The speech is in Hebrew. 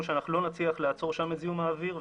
שלא נצליח לעצור שם את זיהום האוויר,